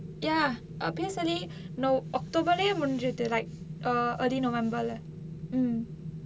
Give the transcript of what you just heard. ya err P_S_L_E nov~ october லையே முடிஞ்சுது:layae mudinchuthu like err early november